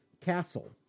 castle